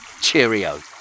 cheerio